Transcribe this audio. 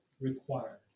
required